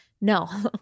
No